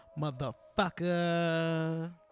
Motherfucker